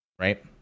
right